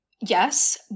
yes